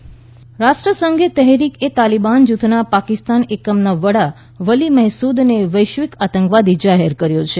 પાક તાલીબાન રાષ્ટ્રસંઘે તેહરીક એ તાલીબાન જૂથના પાકિસ્તાન એકમના વડા વલી મહેસૂદને વૈશ્વિક આતંકવાદી જાહેર કર્યો છે